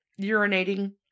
urinating